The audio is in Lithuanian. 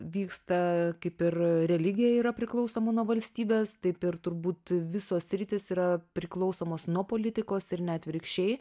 vyksta kaip ir religija yra priklausoma nuo valstybės taip ir turbūt visos sritys yra priklausomos nuo politikos ir ne atvirkščiai